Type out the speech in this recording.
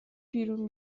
بیرون